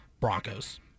Broncos